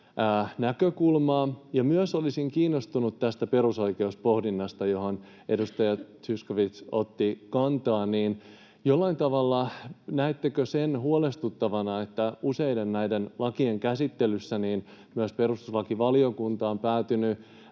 näkökulmaa? Myös olisin kiinnostunut tästä perusoikeuspohdinnasta, johon edustaja Zyskowicz otti kantaa. Näettekö sen jollain tavalla huolestuttavana, että useiden näiden lakien käsittelyssä myös perustuslakivaliokunta on päätynyt